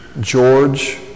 George